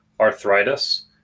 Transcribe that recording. arthritis